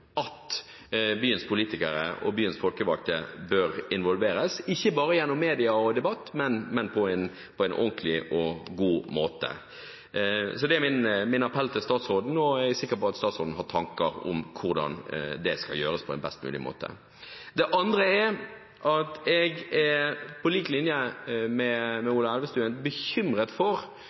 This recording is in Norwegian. at byens politikere og byens folkevalgte bør involveres, ikke bare gjennom media og debatt, men på en ordentlig og god måte. Det er min appell til statsråden, og jeg er sikker på at statsråden har tanker om hvordan det skal gjøres på best mulig måte. Det andre er at jeg på samme måte som Ola Elvestuen er bekymret for at vi er i ferd med å planlegge et regjeringskvartal som er for